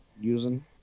using